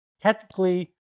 technically